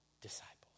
disciples